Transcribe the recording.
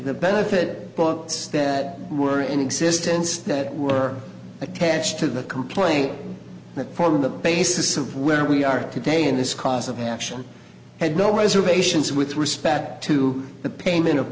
the benefit books that were in existence that were attached to the complaint that form the basis of where we are today in this cause of action had no reservations with respect to the payment of